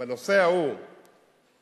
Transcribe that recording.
בנושא ההוא העובדים,